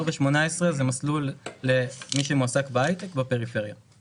4.18 זה מסלול למי שמועסק בהייטק בפריפריה;